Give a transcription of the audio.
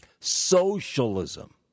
Socialism